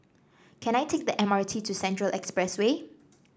can I take the M R T to Central Expressway